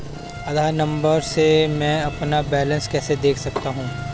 आधार number से मैं अपना बैलेंस कैसे देख सकता हूँ?